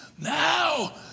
Now